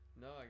No